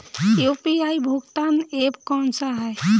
UPI भुगतान app कौन सा है?